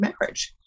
marriage